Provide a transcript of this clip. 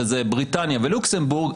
שזה בריטניה ולוקסמבורג.